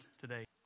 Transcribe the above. today